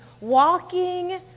walking